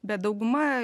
bet dauguma